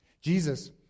Jesus